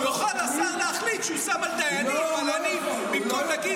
ארז, אתה מכיר את --- כמה רבנים ימנו?